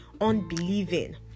unbelieving